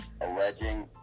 alleging